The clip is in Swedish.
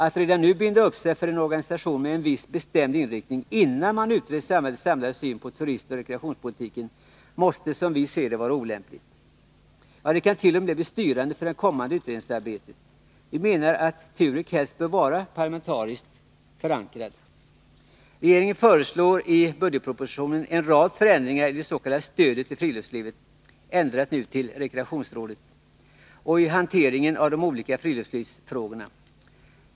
Att redan nu binda upp sig för en organisation med en viss bestämd inriktning innan man utrett samhällets samlade syn på turistoch rekreationspolitiken måste som vi ser det, vara olämpligt och t.o.m. bli styrande för det kommande utredningsarbetet. Vi menar att TUREK helst bör vara parlamentariskt förankrad. Regeringen förslår i budgetpropositionen en rad förändringar under den tidigare anslagsrubriken Stöd till friluftsliv — nu ändrad till rekreationsstöd — och i hanteringen av de olika friluftslivsfrågorna.